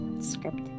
script